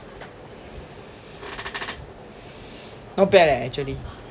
not bad eh actually